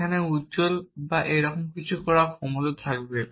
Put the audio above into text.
সেখানে উজ্জ্বল বা এরকম কিছু করার ক্ষমতা থাকবে